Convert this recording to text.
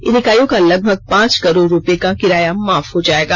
इन इकाइयों का लगभग पांच करोड़ रुपये का किराया माफ हो जाएगा